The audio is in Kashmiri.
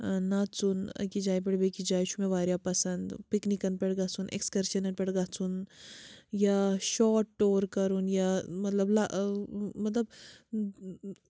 نَژُن أکِس جایہِ پٮ۪ٹھ بیٚیہِ کِس جایہِ چھُ مےٚ واریاہ پَسنٛد پِکنِکَن پٮ۪ٹھ گژھُن اٮ۪کٕسکَرشَنَن پٮ۪ٹھ گژھُن یا شاٹ ٹور کَرُن یا مطلب مطلب